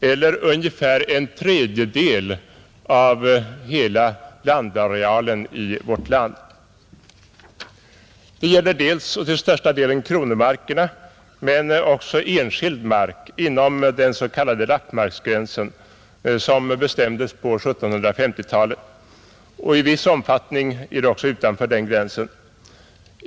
eller ungefär en tredjedel av hela landarealen i vårt land, Det gäller till större delen kronomarkerna men också enskild mark inom den s, k. lappmarksgränsen, som bestämdes på 1750-talet, och i viss omfattning även utanför den gränsen.